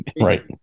right